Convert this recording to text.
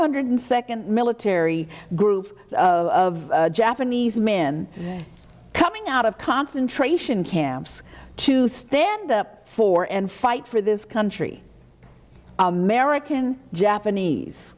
hundred second military group of japanese men coming out of concentration camps to stand up for and fight for this country american japanese